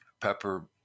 pepper